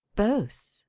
both,